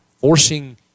forcing